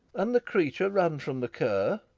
and the creature run from the cur?